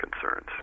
concerns